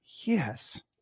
Yes